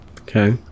Okay